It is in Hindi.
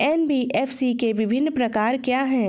एन.बी.एफ.सी के विभिन्न प्रकार क्या हैं?